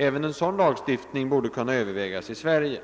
Även en sådan lagstiftning borde kunna övervägas i Sverige.